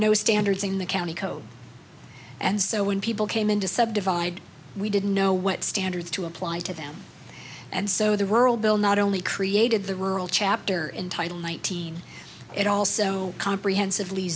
no standards in the county code and so when people came in to subdivide we didn't know what standards to apply to them and so the rural bill not only created the rural chapter in title nineteen it also comprehensive le